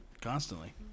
Constantly